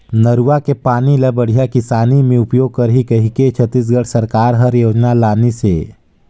नरूवा के पानी ल बड़िया किसानी मे उपयोग करही कहिके छत्तीसगढ़ सरकार हर योजना लानिसे